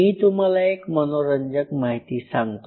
मी तुम्हाला एक मनोरंजक माहिती सांगतो